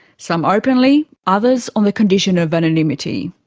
some openly, others on the condition of anonymity.